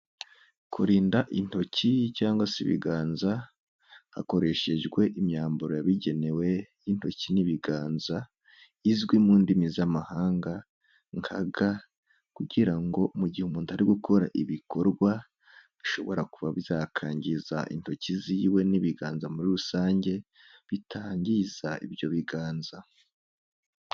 Kurinda intoki cyangwa se ibiganza, hakoreshejwe imyambaro yabigenewe y'intoki n'ibiganza, izwi mu ndimi z'amahanga nka ga, kugira ngo mu gihe umuntu ari gukora ibikorwa bishobora kuba byakangiza intoki ziwe n'ibiganza muri rusange, bitangiza ibyo biganza.